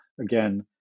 Again